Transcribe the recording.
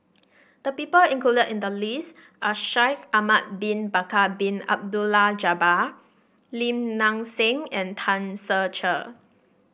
the people included in the list are Shaikh Ahmad Bin Bakar Bin Abdullah Jabbar Lim Nang Seng and Tan Ser Cher